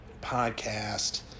podcast